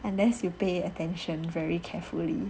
unless you pay attention very carefully